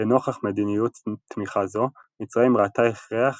לנוכח מדיניות תמיכה זו, מצרים ראתה הכרח